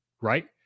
Right